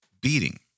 beating